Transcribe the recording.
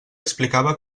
explicava